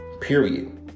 Period